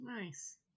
Nice